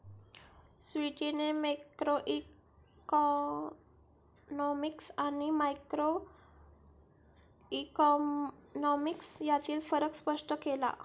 स्वीटीने मॅक्रोइकॉनॉमिक्स आणि मायक्रोइकॉनॉमिक्स यांतील फरक स्पष्ट केला